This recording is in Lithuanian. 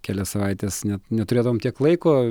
kelias savaites net neturėdavom tiek laiko